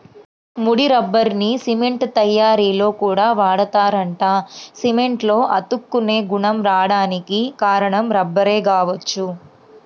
ముడి రబ్బర్ని సిమెంట్ తయ్యారీలో కూడా వాడతారంట, సిమెంట్లో అతుక్కునే గుణం రాడానికి కారణం రబ్బరే గావచ్చు